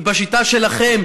בשיטה שלכם,